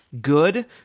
good